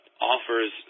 offers